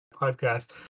podcast